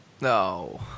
no